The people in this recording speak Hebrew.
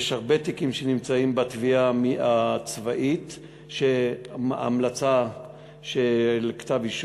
יש הרבה תיקים שנמצאים בתביעה הצבאית שההמלצה היא לכתב-אישום,